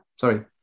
sorry